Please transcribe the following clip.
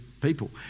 people